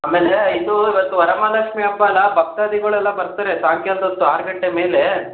ಆಮೇಲೆ ಇದು ಇವತ್ತು ವರಮಹಾಲಕ್ಷ್ಮಿ ಹಬ್ಬ ಅಲ್ಲಾ ಭಕ್ತಾದಿಗಳೆಲ್ಲ ಬರ್ತಾರೆ ಸಾಯಂಕಾಲ್ದ ಹೊತ್ತು ಆರು ಗಂಟೆ ಮೇಲೆ